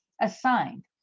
assigned